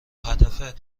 هدف